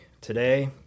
Today